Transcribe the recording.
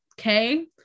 Okay